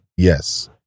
Yes